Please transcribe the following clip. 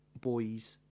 boys